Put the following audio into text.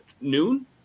noon